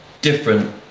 different